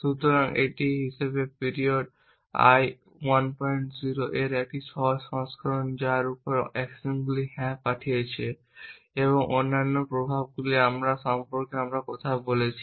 সুতরাং একটি হিসাবে এটি পিরিয়ড l 10 এর একটি সহজ সংস্করণ যার উপর অ্যাকশনগুলি হ্যাঁ পাঠিয়েছে এবং অন্যান্য প্রভাবগুলি সম্পর্কে আমরা কথা বলেছি